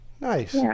Nice